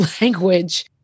language